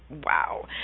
Wow